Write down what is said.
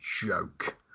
joke